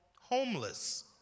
homeless